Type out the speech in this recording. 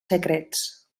secrets